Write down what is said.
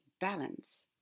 balance